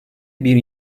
bir